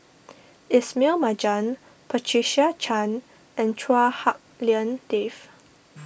Ismail Marjan Patricia Chan and Chua Hak Lien Dave